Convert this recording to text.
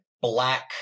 black